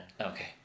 okay